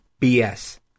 BS